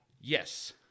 Yes